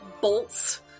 bolts